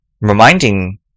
reminding